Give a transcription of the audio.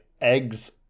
eggs